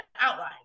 outline